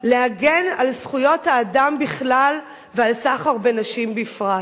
להגן על זכויות האדם בכלל ועל המאבק בסחר בנשים בפרט.